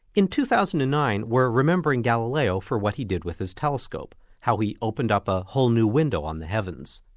in two thousand and nine we're remembering galileo for what he did with his telescope, how he opened up a whole new window on the heavens.